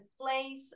place